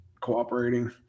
cooperating